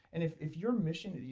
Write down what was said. and if if your mission,